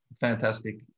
fantastic